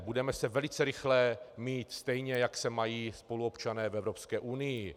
Budeme se velice rychle mít stejně, jak se mají spoluobčané v Evropské unii.